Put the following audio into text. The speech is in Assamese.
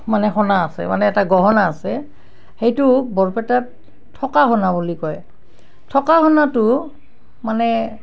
মানে সোণা আছে মানে এটা গহনা আছে সেইটো বৰপেটাত থোকা সোণা বুলি কয় থোকা সোণাটো মানে